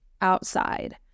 outside